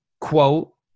quote